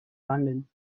london